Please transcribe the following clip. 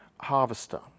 harvester